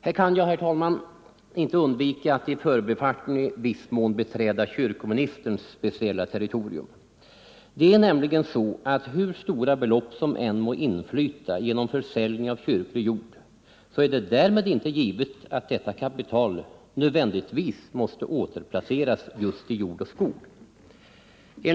Här kan jag, herr talman, inte undvika att i förbifarten i viss mån beträda kyrkoministerns speciella territorium. Det är nämligen så, att hur stora belopp som än må inflyta genom försäljning av kyrklig jord så är det därmed inte givet att detta kapital nödvändigtvis måste återplaceras just i jord och skog.